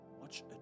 watch